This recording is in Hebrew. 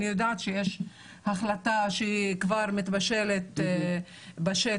אני יודעת שיש החלטה שכבר מתבשלת בשטח,